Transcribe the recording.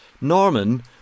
Norman